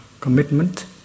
commitment